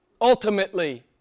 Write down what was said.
Ultimately